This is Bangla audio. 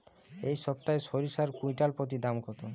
এই সপ্তাহে সরিষার কুইন্টাল প্রতি দাম কত?